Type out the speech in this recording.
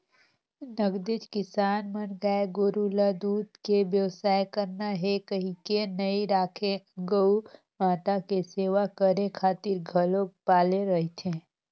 नगदेच किसान मन गाय गोरु ल दूद के बेवसाय करना हे कहिके नइ राखे गउ माता के सेवा करे खातिर घलोक पाले रहिथे